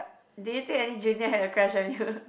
do you think any junior had a crush on you